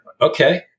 Okay